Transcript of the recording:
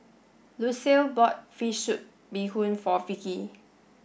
Lucile bought fish soup bee Hoon for Vicki